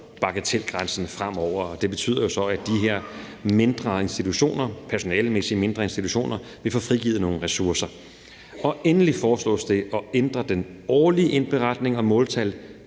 bagatelgrænsen fremover, og det betyder så, at de her mindre institutioner – personalemæssigt mindre institutioner – vil få frigivet nogle ressourcer. Endelig foreslås det at ændre den årlige indberetning og måltal